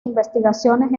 investigaciones